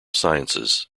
sciences